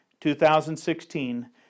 2016